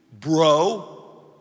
bro